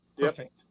Perfect